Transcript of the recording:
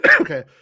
Okay